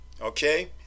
Okay